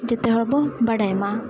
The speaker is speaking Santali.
ᱡᱚᱛᱚ ᱦᱚᱲ ᱵᱚ ᱵᱟᱲᱟᱭ ᱢᱟ